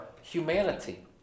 humanity